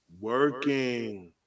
Working